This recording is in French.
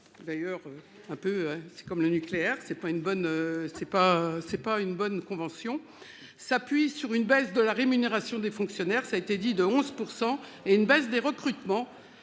c'est pas une bonne. C'est pas c'est pas une bonne convention s'appuie sur une baisse de la rémunération des fonctionnaires, ça a été dit de 11% et une baisse des recrutements.